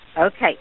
okay